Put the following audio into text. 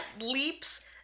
leaps